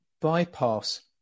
bypass